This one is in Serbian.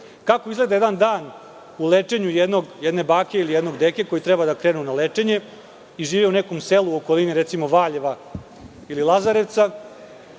izgleda jedan dan u lečenju jedne bake ili jednog deke koji treba da krene na lečenje i živi u nekom selu u okolini Valjeva ili Lazarevca,